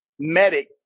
Medic